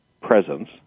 presence